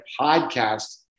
podcast